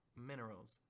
minerals